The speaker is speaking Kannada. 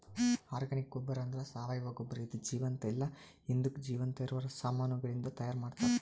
ಆರ್ಗಾನಿಕ್ ಗೊಬ್ಬರ ಅಂದ್ರ ಸಾವಯವ ಗೊಬ್ಬರ ಇದು ಜೀವಂತ ಇಲ್ಲ ಹಿಂದುಕ್ ಜೀವಂತ ಇರವ ಸಾಮಾನಗಳಿಂದ್ ತೈಯಾರ್ ಮಾಡ್ತರ್